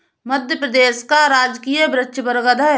मध्य प्रदेश का राजकीय वृक्ष बरगद है